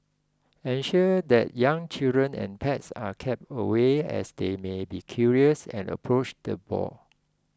ensure that young children and pets are kept away as they may be curious and approach the boars